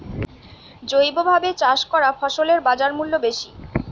জৈবভাবে চাষ করা ফসলের বাজারমূল্য বেশি